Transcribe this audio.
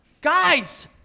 Guys